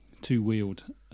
two-wheeled